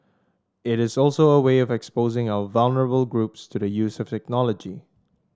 it is also a way of exposing our vulnerable groups to the use of technology